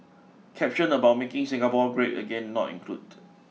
caption about making Singapore great again not included